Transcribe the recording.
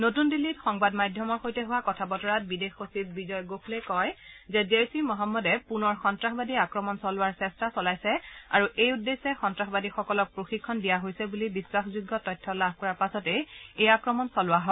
নতুন দিল্লীত সংবাদ মাধ্যমৰ সৈতে হোৱা কথা বতৰাত বিদেশ সচিব বিজয় গোখলেই কয় যে জেইছ ই মহম্মদে পুনৰ সন্তাসবাদী আক্ৰমণ চলোৱাৰ চেষ্টা চলাইছে আৰু এই উদ্দেশ্যে সন্তাসবাদীসকলক প্ৰশিক্ষণ দিয়া হৈছে বুলি বিশ্বাসযোগ্য তথ্য লাভ কৰাৰ পাছতে এই আক্ৰমণ চলোৱা হয়